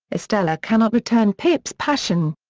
estella cannot return pip's passion.